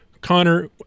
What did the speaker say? Connor